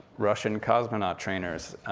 russian cosmonaut trainers.